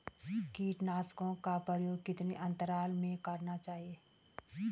कीटनाशकों का प्रयोग कितने अंतराल में करना चाहिए?